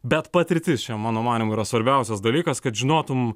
bet patirtis čia mano manymu yra svarbiausias dalykas kad žinotum